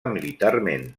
militarment